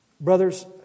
Brothers